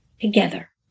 Together